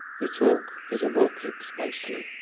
the talk is of orchids mostly,